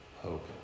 hope